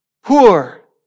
poor